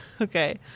Okay